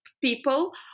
people